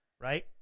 Right